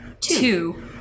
two